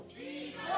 Jesus